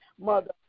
Mother